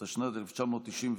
התשנ"ד 1994,